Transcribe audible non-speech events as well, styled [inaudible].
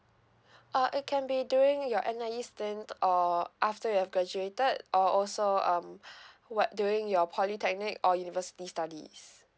uh it can be during your N_I_E stand or after you have graduated or also um [breath] what during your polytechnic or university studies